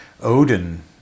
Odin